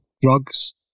drugs